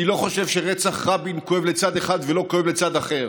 אני לא חושב שרצח רבין כואב לצד אחד ולא כואב לצד אחר.